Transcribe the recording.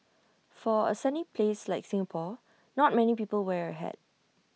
for A sunny place like Singapore not many people wear A hat